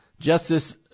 Justice